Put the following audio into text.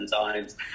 times